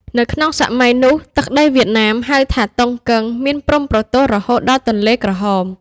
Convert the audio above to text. នៅក្នុងសម័យនោះ ទឹកដីវៀតណាមហៅថា "តុង កឹង" មានព្រំប្រទល់រហូតដល់ទន្លេក្រហម ។